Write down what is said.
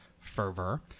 fervor